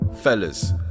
fellas